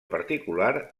particular